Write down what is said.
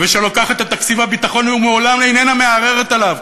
ולוקחת את תקציב הביטחון ולעולם איננה מערערת עליו,